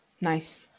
Nice